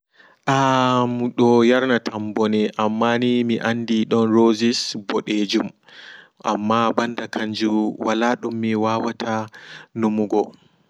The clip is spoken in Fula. Aaam do yarnatam ɓone amma ni mi andi don roses ɓodejum amma ɓanda kanjum wala dum miwawata numugo.